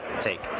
Take